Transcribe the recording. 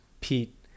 Pete